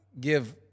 give